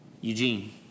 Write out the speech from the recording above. Eugene